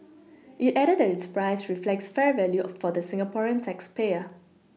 it added that its price reflects fair value for the Singaporean tax payer